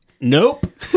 Nope